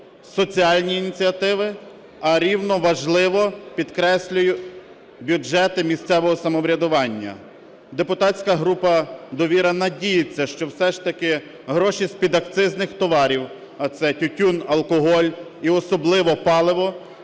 соціальні ініціативи, рівноважливо, підкреслюю, бюджети місцевого самоврядування. Депутатська група "Довіра" надіється, що все ж таки гроші з підакцизних товарів, а це тютюн, алкоголь і особливо паливо,